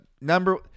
number